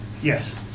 Yes